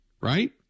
right